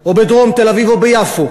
או בדרום תל-אביב או ביפו.